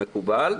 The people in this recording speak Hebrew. מקובל,